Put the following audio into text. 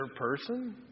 person